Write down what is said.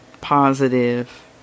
positive